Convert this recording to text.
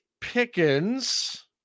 Pickens